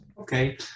Okay